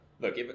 Look